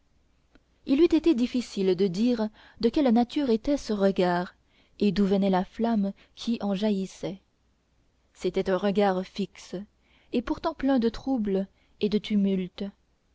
il eût été difficile de dire de quelle nature était ce regard et d'où venait la flamme qui en jaillissait c'était un regard fixe et pourtant plein de trouble et de tumulte